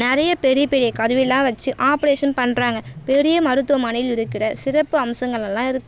நிறைய பெரிய பெரிய கருவிலாம் வெச்சு ஆப்ரேஷன் பண்ணுறாங்க பெரிய மருத்துவமனையில் இருக்கிற சிறப்பு அம்சங்களெல்லாம் இருக்குது